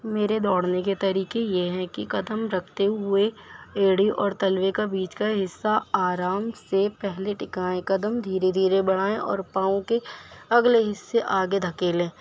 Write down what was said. میرے دوڑنے کے طریقے یہ ہیں کہ قدم رکھتے ہوئے ایڑی اور تلوے کا بیچ کا حصہ آرام سے پہلے ٹکائیں قدم دھیرے دھیرے بڑھائیں اور پاؤں کے اگلے حصے آگے دھکیلیں